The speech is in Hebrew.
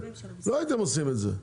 ראשית,